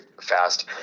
fast